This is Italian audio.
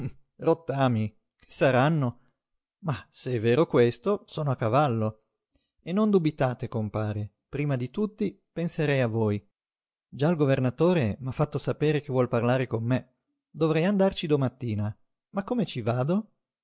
che saranno ma se è vero questo sono a cavallo e non dubitate compare prima di tutti penserei a voi già il governatore m'ha fatto sapere che vuol parlare con me dovrei andarci domattina ma come ci vado